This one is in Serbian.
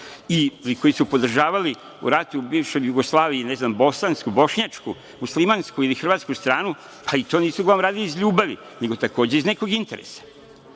i koji su podržavali u ratu u bivšoj Jugoslaviji, ne znam, bosansku, bošnjačku, muslimansku ili hrvatsku stranu ali to nisu uglavnom radili iz ljubavi, nego takođe iz nekog interesa. Kao